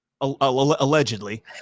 allegedly